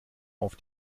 auf